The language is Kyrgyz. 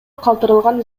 калтырылган